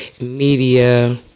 media